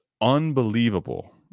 unbelievable